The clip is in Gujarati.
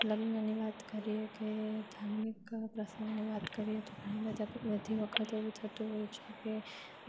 લગ્નની વાત કરીએ કે ધાર્મિક પ્રસંગની વાત કરીએ તો ઘણા બધા ઘણી બધી વખત એવું થતું હોય છે કે